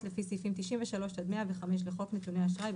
לפי סעיפים 93 עד 105 לחוק נתוני אשראי,